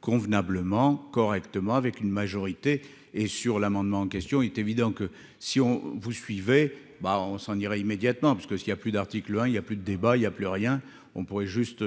convenablement correctement avec une majorité et sur l'amendement en question, il est évident que si on vous suivez bah, on s'en ira immédiatement parce que s'il y a plus d'articles, hein, il y a plus de débat, il y a plus rien, on pourrait juste